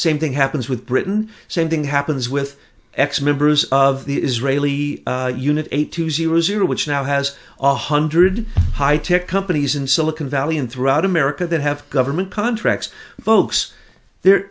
same thing happens with britain same thing happens with ex members of the israeli unit eight to zero zero which now has a hundred high tech companies in silicon valley and throughout america that have government contracts folks there